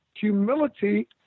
Humility